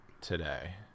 today